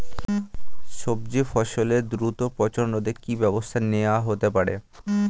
সবজি ফসলের দ্রুত পচন রোধে কি ব্যবস্থা নেয়া হতে পারে?